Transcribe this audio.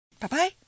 Bye-bye